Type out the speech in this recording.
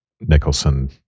Nicholson